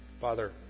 Father